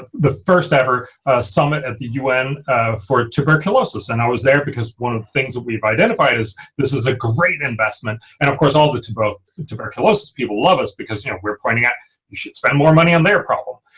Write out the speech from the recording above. the first-ever summit at the un for tuberculosis and i was there because one of the things that we've identified is this is a great investment and of course all the but tuberculosis people love us because you know we're pointing out you should spend more money on their problem